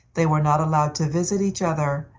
they were not allowed to visit each other,